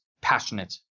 passionate